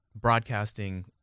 broadcasting